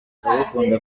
ndagukunda